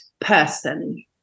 person